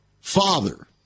father